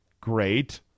Great